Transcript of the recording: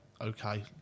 okay